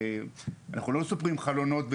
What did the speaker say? אנחנו לא סופרים חלונות ופתחים.